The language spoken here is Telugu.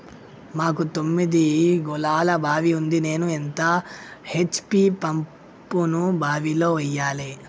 మాకు తొమ్మిది గోళాల బావి ఉంది నేను ఎంత హెచ్.పి పంపును బావిలో వెయ్యాలే?